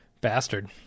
Bastard